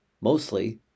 Mostly